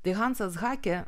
tai hansas hakė